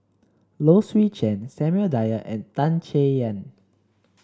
Low Swee Chen Samuel Dyer and Tan Chay Yan